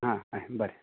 आं आं हय बरें